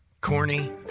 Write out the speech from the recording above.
Corny